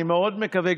אני מאוד מקווה,